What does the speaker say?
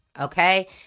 okay